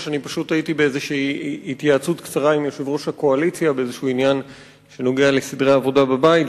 חבר הכנסת דב חנין,